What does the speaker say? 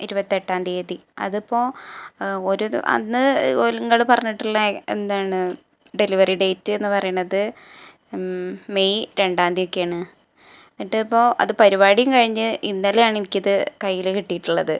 ഇരുപത്തി എട്ടാം തീയതി അത് ഇപ്പോൾ ഒരു അന്ന് നിങ്ങൾ പറഞ്ഞിട്ടുള്ള എന്താണ് ഡെലിവറി ഡേറ്റ് എന്ന് പറയുന്നത് മെയ് രണ്ടാം തീയ്യതിക്കാണ് എന്നിട്ട് ഇപ്പോൾ അത് പരിപാടിയും കഴിഞ്ഞ് ഇന്നലെ ആണ് എനിക്ക് ഇത് കൈയിൽ കിട്ടിയിട്ടുള്ളത്